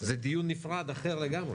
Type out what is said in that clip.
זה דיון אחר ונפרד, דיון אחר לגמרי.